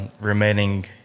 remaining